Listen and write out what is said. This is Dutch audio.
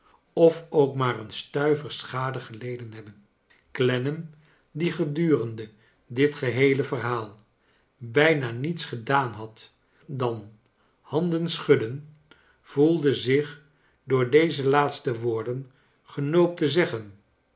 of ook maar een stuiver schade geleden hebben clennam die gedurende dit geheele verhaal bijna niets gedaan had dan handen schudden voelde zich door deze laatste woorden genoopt te zeggen